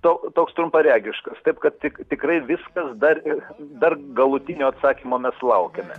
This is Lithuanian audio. to toks trumparegiškas taip kad tik tikrai viskas dar ir dar galutinio atsakymo mes laukiame